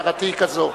הערתי היא כזאת.